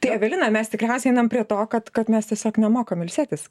tai evelina mes tikriausiai einam prie to kad kad mes tiesiog nemokam ilsėtis